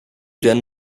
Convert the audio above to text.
then